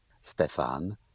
stefan